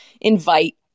invite